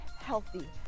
healthy